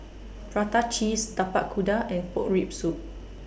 Prata Cheese Tapak Kuda and Pork Rib Soup